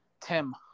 Tim